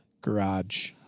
garage